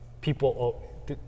people